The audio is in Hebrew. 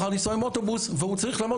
בחר לנסוע עם אוטובוס והוא צריך לעמוד